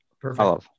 Perfect